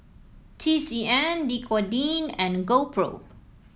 T C M Dequadin and GoPro